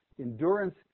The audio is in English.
Endurance